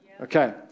Okay